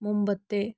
മുമ്പത്തെ